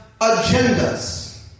agendas